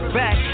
back